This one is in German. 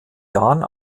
jahren